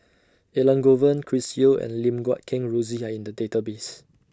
Elangovan Chris Yeo and Lim Guat Kheng Rosie Are in The Database